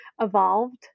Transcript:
evolved